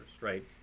right